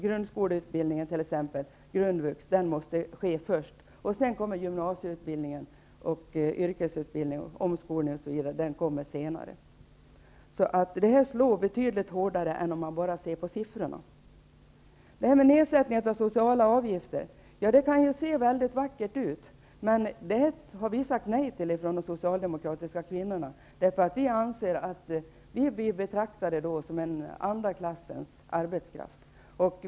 Grundskoleutbildning, grundvux, måste t.ex. ske först, och sedan kommer gymnasieutbildning, yrkesutbildning, omskolning osv. Det här slår i verkligheten betydligt hårdare än det verkar göra om man bara ser till siffrorna. Nedsättandet av sociala avgifter kan se mycket vackert ut, men vi har sagt nej till det ifrån de socialdemokratiska kvinnorna. Vi anser att vi då blir betraktade som en andra klassens arbetskraft.